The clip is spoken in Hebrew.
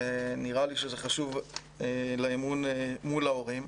ונראה לי שזה חשוב לאמון מול ההורים.